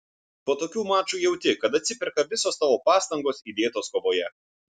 po tokių mačų jauti kad atsiperka visos tavo pastangos įdėtos kovoje